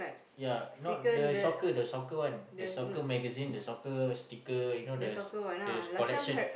ya not the soccer the soccer one the soccer magazine the soccer sticker you know there is collection